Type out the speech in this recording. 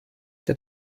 der